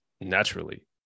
naturally